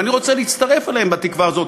ואני רוצה להצטרף אליהם בתקווה הזאת,